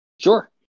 Sure